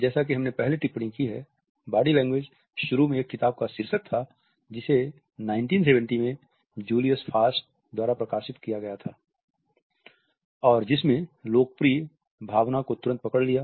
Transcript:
जैसा कि हमने पहले टिप्पणी की है बॉडी लैंग्वेज शुरू में एक किताब का शीर्षक था जिसे 1970 में जूलियस फास्ट द्वारा प्रकाशित किया गया था और जिसने लोकप्रिय भावना को तुरंत पकड़ लिया